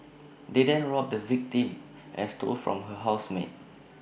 they then robbed the victim and stole from her housemate